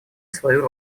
свою